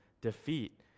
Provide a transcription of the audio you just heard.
defeat